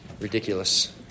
ridiculous